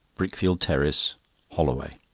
brickfield terrace holloway.